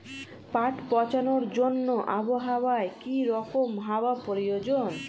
পাট পচানোর জন্য আবহাওয়া কী রকম হওয়ার প্রয়োজন?